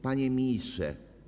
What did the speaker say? Panie Ministrze!